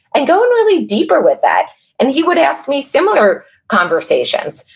and going really deeper with that and he would ask me similar conversations.